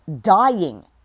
dying